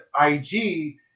IG